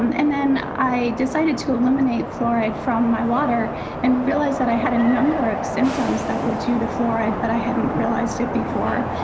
um and then i decided to eliminate fluoride from my water and realize that i had a number of symptoms that were due to fluoride, but i hadn't realized it before.